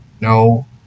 no